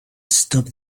stop